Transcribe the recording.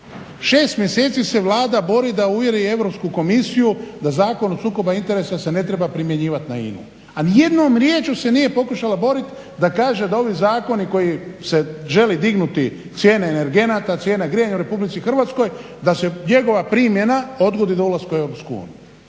Šest mjeseci se Vlada bori da uvjeri Europsku komisiju da Zakon o sukobu interesa se ne treba primjenjivat na INA-u, a nijednom rječju se nije pokušala boriti da kaže da ovi zakoni koje se želi dignuti cijene energenata, cijene grijanja u Republici Hrvatskoj da se njegova primjena odgodi do ulaska u Europsku uniju.